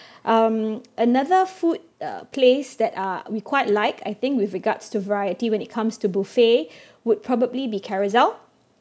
um another food uh place that uh we quite like I think with regards to variety when it comes to buffet would probably be carousel